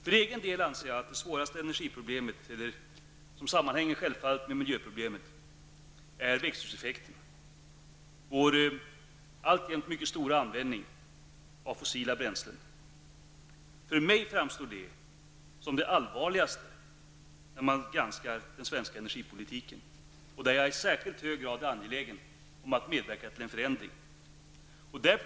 För egen del anser jag att det svåraste energiproblemet -- och det sammanhänger självfallet med miljöproblemen -- är växthuseffekten och vår alltjämt mycket stora användning av fossila bränslen. Detta framstår för mig som det allvarligaste problemet när man granskar den svenska energipolitiken. Jag är i särskilt hög grad angelägen om att medverka till en förändring av detta.